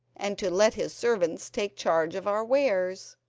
and to let his servants take charge of our wares.